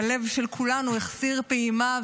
הלב של כולנו החסיר פעימה,